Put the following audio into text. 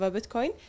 Bitcoin